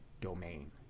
domain